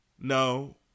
no